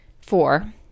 Four